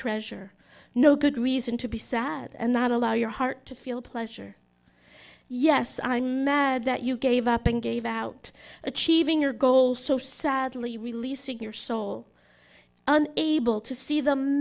treasure no good reason to be sad and not allow your heart to feel pleasure yes i'm mad that you gave up and gave out achieving your goal so sadly releasing your soul and able to see the